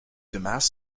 dumas